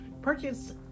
purchase